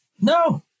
No